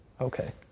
Okay